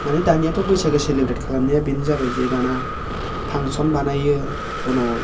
माने दानियाथ' बैसागो सेलेब्रेट खालामनाया बेनो जाबाय जे दाना फांसन बानायो गन'